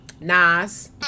Nas